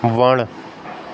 वणु